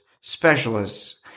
specialists